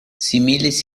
similis